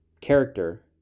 character